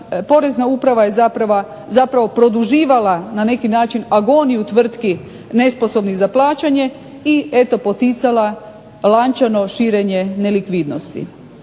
porezna uprava je zapravo produživala na neki način agoniju tvrtki nesposobnih za plaćanje i eto poticala lančano širenje nelikvidnosti